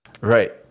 Right